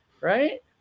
right